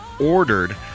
ordered